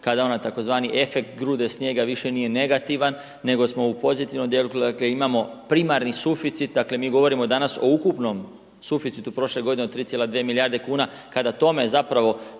kada onaj tzv. efekt grude snijega više nije negativan, nego smo u pozitivnom dijelu. Dakle, imamo primarni suficit, dakle, mi govorimo danas o ukupnom suficitu prošle godine od 3,2 milijarde kuna kada tome zapravo